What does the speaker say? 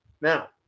Now